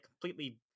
completely